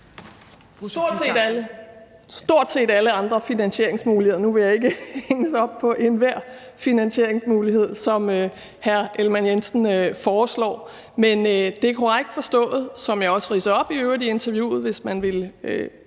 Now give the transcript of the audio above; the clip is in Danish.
Stort set alle andre finansieringsmuligheder. Nu vil jeg ikke hænges op på enhver finansieringsmulighed, som hr. Jakob Ellemann-Jensen foreslår, men det er korrekt forstået – hvilket jeg i øvrigt også listede op i interviewet, hvis man vil